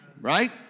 right